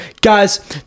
Guys